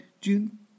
June